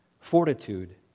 fortitude